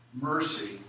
mercy